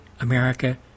America